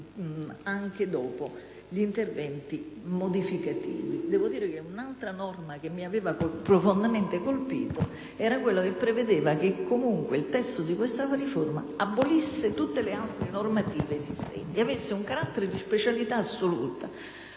anche dopo gli interventi modificativi. Un'altra norma che mi aveva profondamente colpito era quella che prevedeva che comunque il testo di questa riforma abolisse tutte le altre normative esistenti e avesse un carattere di specialità assoluta,